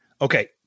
okay